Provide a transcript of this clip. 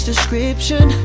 Description